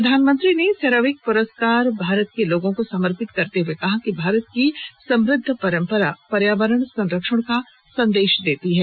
प्रधानमंत्री ने सेरावीक पुरस्कार भारत के लोगोंको समर्पित करते हुए कहा कि भारत की समृद्ध परम्परा पर्यावरण संरक्षण का संदेश देती है